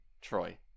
troy